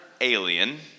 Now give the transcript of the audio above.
alien